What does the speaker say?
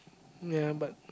ya but